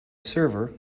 server